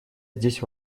здесь